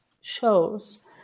shows